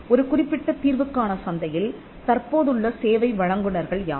ஒரு குறிப்பிட்ட தீர்வுக்கான சந்தையில் தற்போதுள்ள சேவை வழங்குநர்கள் யார்